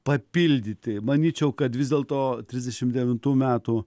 papildyti manyčiau kad vis dėlto trisdešim devintų metų